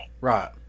Right